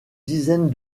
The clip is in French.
dizaine